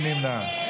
מי נמנע?